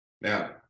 Now